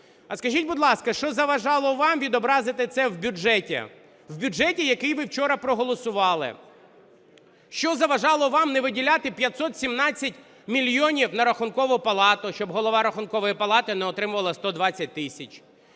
А скажіть, будь ласка, що заважало вам відобразити це в бюджеті, в бюджеті, який ви вчора проголосували. Що заважало вам не виділяти 517 мільйонів на Рахункову палату, щоб Голова Рахункової палати не отримувала 120 тисяч?